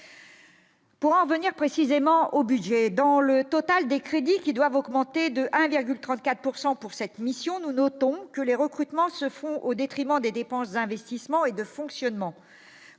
Pour en revenir précisément au budget dans le total des crédits qui doivent augmenter de 1,34 pourcent pour cette mission, nous notons que les recrutements se font au détriment des dépenses d'investissement et de fonctionnement